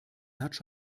hat